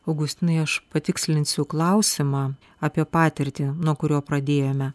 augustinai aš patikslinsiu klausimą apie patirtį nuo kurio pradėjome